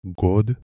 God